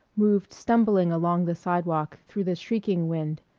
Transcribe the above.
moved stumbling along the sidewalk through the shrieking wind,